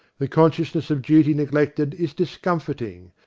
the consciousness of duty neglected is discomforting,